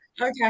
okay